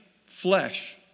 flesh